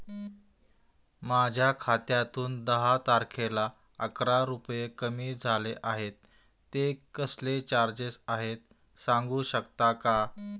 माझ्या खात्यातून दहा तारखेला अकरा रुपये कमी झाले आहेत ते कसले चार्जेस आहेत सांगू शकता का?